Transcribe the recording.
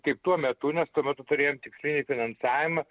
kaip tuo metu nes tuo metu turėjom tikslinį finansavimą